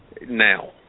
Now